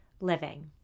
Living